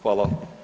Hvala.